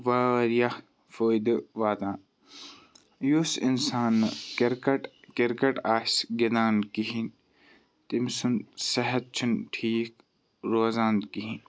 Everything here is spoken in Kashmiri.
واریاہ فٲیِدٕ واتان یُس اِنسان نہٕ کِرکَٹ کِرکَٹ آسہِ گِںٛدان کِہیٖنۍ تٔمۍ سُنٛد صحت چھُنہٕ ٹھیٖک روزان کِہیٖنۍ